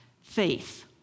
Faith